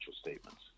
statements